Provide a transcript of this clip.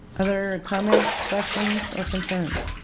other comments questions or concerns?